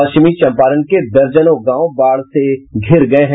पश्चिमी चंपारण के दर्जनों गांव बाढ़ से घिर गये हैं